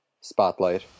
Spotlight